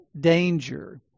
danger